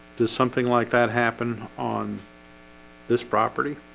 does something like that happen on this property